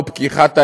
ופקיחת העיניים.